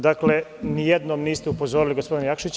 Dakle, nijednom niste upozorili gospodina Jakšića.